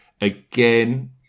Again